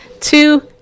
two